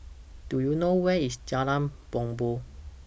Do YOU know Where IS Jalan Bumbong